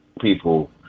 people